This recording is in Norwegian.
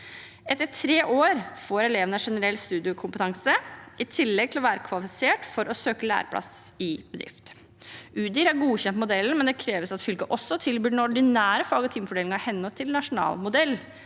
Etter tre år får elevene generell studiekompetanse i tillegg til å være kvalifisert for å søke læreplass i bedrift. Utdanningsdirektoratet har godkjent modellen, men det kreves at fylket også tilbyr den ordinære fag- og timefordelingen i henhold til den nasjonale modellen.